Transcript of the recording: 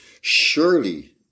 Surely